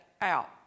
out